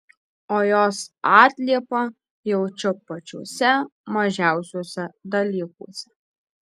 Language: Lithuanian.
o jos atliepą jaučiu pačiuose mažiausiuose dalykuose